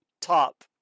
top